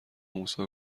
موسی